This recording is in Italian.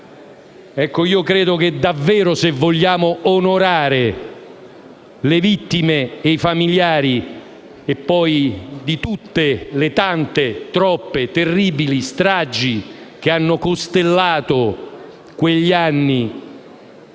Ecco, credo che, davvero, se vogliamo onorare le vittime e i familiari di tutte le tante, troppe vittime delle terribili stragi che hanno costellato quegli anni,